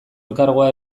elkargoa